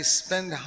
spend